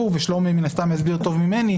שלומי מן הסתם יסביר את זה טוב ממני,